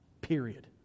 Period